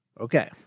Okay